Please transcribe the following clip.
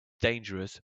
dangerous